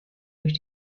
durch